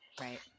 Right